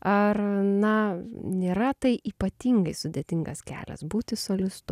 ar na nėra tai ypatingai sudėtingas kelias būti solistu